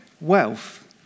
wealth